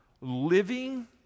living